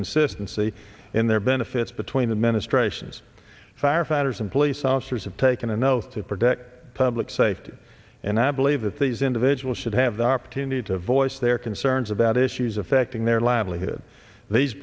consistency in their benefits between the ministrations firefighters and police officers have taken an oath to protect public safety and i believe that these individuals should have the opportunity to voice their concerns about issues affecting their livelihood these